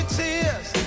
tears